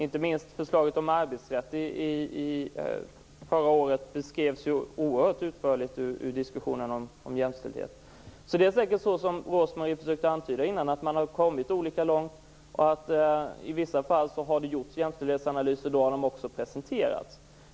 Inte minst förslaget om arbetsrätten förra året har beskrivits oerhört utförligt i ett jämställdhetsperspektiv. Det är säkert så som Rose-Marie Frebran tidigare försökte antyda, nämligen att man har kommit olika långt. I vissa fall har jämställdhetsanalyser gjorts och då har de också presenterats.